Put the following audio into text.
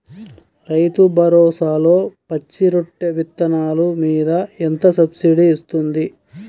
రైతు భరోసాలో పచ్చి రొట్టె విత్తనాలు మీద ఎంత సబ్సిడీ ఇస్తుంది?